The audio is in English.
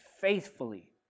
faithfully